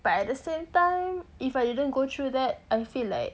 but at the same time if I didn't go through that I feel like